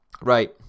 right